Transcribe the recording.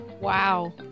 Wow